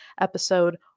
episode